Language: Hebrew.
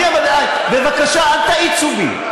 אני, אבל, בבקשה, אל תאיצו בי.